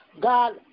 God